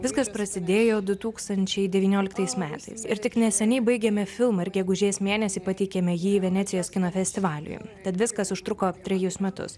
viskas prasidėjo du tūkstančiai devynioliktais metais ir tik neseniai baigėme filmą ir gegužės mėnesį pateikėme jį venecijos kino festivaliui tad viskas užtruko trejus metus